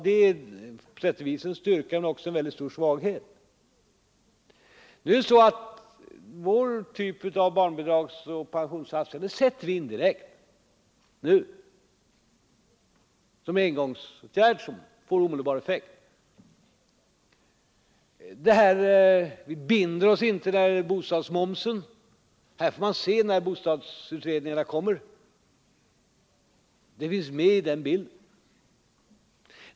Det är på sätt och vis en styrka men också en väldigt stor svaghet. Vår typ av barnbidragsoch pensionssatsningar sätter vi in direkt, nu, som en engångsåtgärd som får omedelbar effekt. Vi binder oss inte när det gäller bostadsmomsen. Man får se när bostadsutredningarna kommer — det finns med i den bilden.